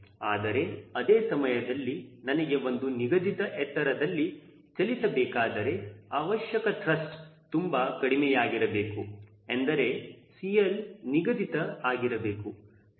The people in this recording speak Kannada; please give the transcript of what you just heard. ಆದರೆ ಅದೇ ಸಮಯದಲ್ಲಿ ನನಗೆ ಒಂದು ನಿಗದಿತ ಎತ್ತರದಲ್ಲಿ ಚಲಿಸಬೇಕಾದರೆ ಅವಶ್ಯಕ ತ್ರಸ್ಟ್ ತುಂಬಾ ಕಡಿಮೆಯಾಗಿರಬೇಕು ಎಂದರೆ CL ನಿಗದಿತ ಆಗಿರಬೇಕು